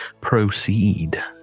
proceed